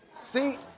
See